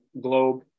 globe